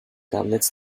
doubles